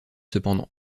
cependant